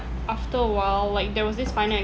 after a while like there was this final